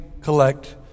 collect